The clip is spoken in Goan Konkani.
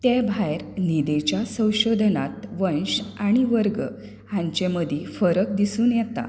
ते भायर न्हिदेच्या संशोधनात वंश आनी वर्ग हांचे मदीं फरक दिसून येता